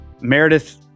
Meredith